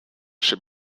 should